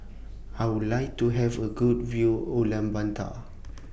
I Would like to Have A Good View Ulaanbaatar